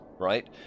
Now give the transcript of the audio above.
right